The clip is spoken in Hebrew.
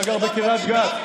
אתה גר בקריית גת.